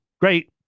great